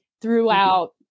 throughout